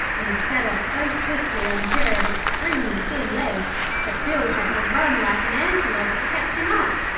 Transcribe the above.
and he set off so swiftly on a pair of extremely thin legs that bill had to run like an antelope to catch him up.